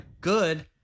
good